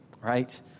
right